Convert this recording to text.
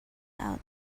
out